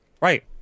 Right